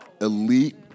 elite